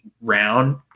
round